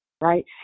right